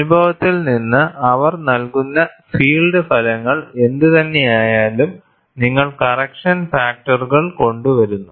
അനുഭവത്തിൽ നിന്ന് അവർ നൽകുന്ന ഫീൽഡ് ഫലങ്ങൾ എന്തുതന്നെയായാലും നിങ്ങൾ കറക്ഷൻ ഫാക്ടർകൾ കൊണ്ടുവരുന്നു